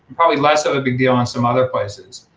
probably less of a big deal in some other places.